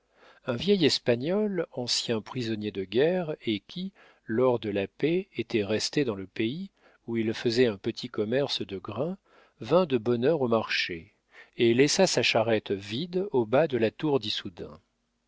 un vieil espagnol ancien prisonnier de guerre et qui lors de la paix était resté dans le pays où il faisait un petit commerce de grains vint de bonne heure au marché et laissa sa charrette vide au bas de la tour d'issoudun